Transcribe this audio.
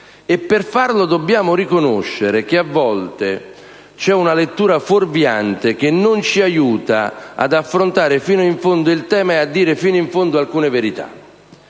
Per farlo dobbiamo riconoscere che, a volte, una lettura fuorviante non ci aiuta ad affrontare fino in fondo il tema e a dire fino in fondo alcune verità,